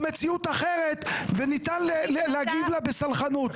מציאות אחרת וניתן להגיב לו בסלחנות.